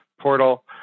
portal